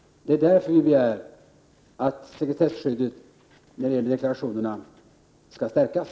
Det är därför vi begär att sekretesskyddet för deklarationerna skall stärkas.